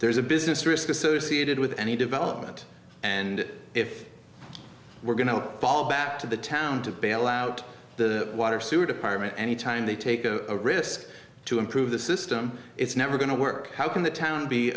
there's a business risk associated with any development and if we're going to fall back to the town to bail out the water sewer department any time they take a risk to improve the system it's never going to work how can the town